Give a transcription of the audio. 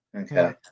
okay